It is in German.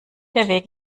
weg